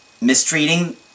mistreating